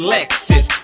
Lexus